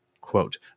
quote